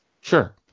Sure